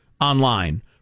online